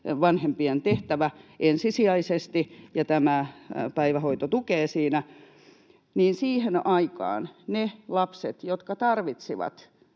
vanhempien, tehtävä ensisijaisesti, ja tämä päivähoito tukee siinä — ne lapset, jotka tarvitsivat